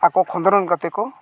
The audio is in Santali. ᱟᱠᱚ ᱠᱷᱚᱸᱫᱽᱨᱚᱱ ᱠᱟᱛᱮᱫ ᱠᱚ